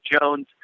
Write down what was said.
Jones